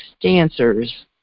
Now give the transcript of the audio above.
Dancers